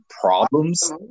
problems